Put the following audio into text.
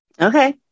Okay